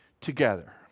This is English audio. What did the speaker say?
together